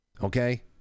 Okay